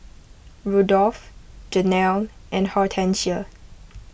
Rudolf Janell and Hortencia